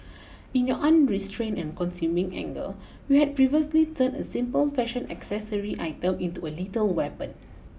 in your unrestrained and consuming anger you had perversely turned a simple fashion accessory item into a lethal weapon